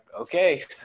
okay